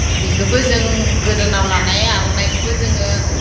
बिखोबो जों गोदोनाव लानाय आर'नाइखोबो जोङो